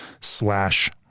slash